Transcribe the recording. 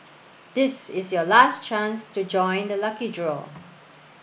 this is your last chance to join the lucky draw